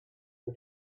but